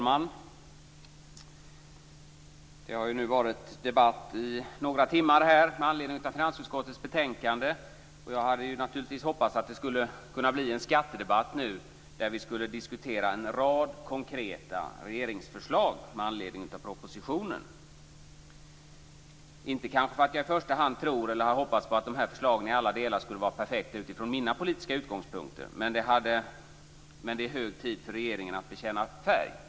Fru talman! Debatten med anledning av finansutskottets betänkande har varat i några timmar. Jag hade hoppats att det skulle kunna bli en skattedebatt nu, där vi med anledning av propositionen kunde diskutera en rad konkreta regeringsförslag. Jag har inte hoppats på att förslagen skulle vara perfekta i alla delar utifrån mina politiska utgångspunkter. Men det är hög tid för regeringen att bekänna färg.